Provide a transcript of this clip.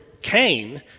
Cain